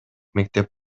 мектеп